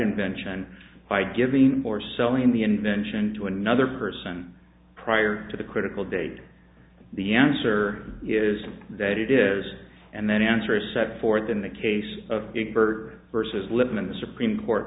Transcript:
invention by giving or selling the invention to another person prior to the critical date the answer is that it is and then answer set forth in the case of a for versus living in the supreme